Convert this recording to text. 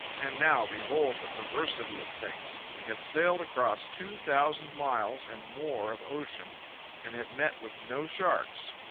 and now behold the perversity of things. we had sailed across two thousand miles and more of ocean and had met with no sharks.